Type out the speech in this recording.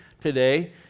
today